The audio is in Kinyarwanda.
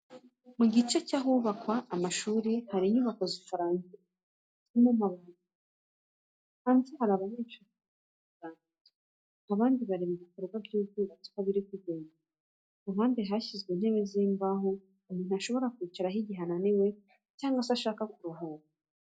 Mu gice cy'ahubakwa amashuri, hari inyubako zitararangira, zirimo amabati n'inkuta. Hanze hari abanyeshuri bahagaze baganira, abandi bareba ibikorwa by'ubwubatsi uko biri kugenda. Ku ruhande hashyizwe intebe z'imbaho umuntu ashobora kwicaraho igihe ananiwe cyangwa se ashaka kuruhuka.